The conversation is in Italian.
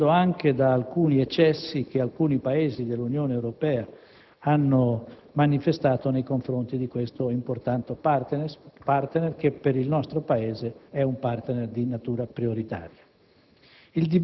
superando anche alcuni eccessi che alcuni Paesi dell'Unione Europea hanno manifestato nei confronti di questo importante *partner*, che per il nostro Paese è di natura prioritaria.